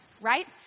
right